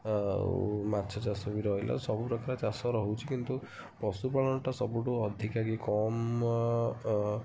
ଆଉ ମାଛ ଚାଷ ବି ରହିଲା ସବୁ ପ୍ରକାର ଚାଷ ରହୁଛି କିନ୍ତୁ ପଶୁ ପାଳନଟା ସବୁଠୁ ଅଧିକା କି କମ